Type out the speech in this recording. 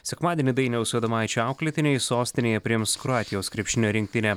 sekmadienį dainiaus adomaičio auklėtiniai sostinėje priims kroatijos krepšinio rinktinę